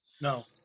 No